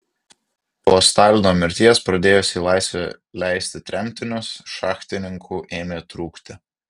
po stalino mirties pradėjus į laisvę leisti tremtinius šachtininkų ėmė trūkti